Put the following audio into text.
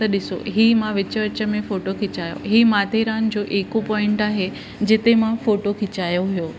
त ॾिसो ई मां विच विच में फ़ोटो खिचायो इहे माथेरान जो इको पॉइंट आहे जिते मां फ़ोटो खिचायो हुओ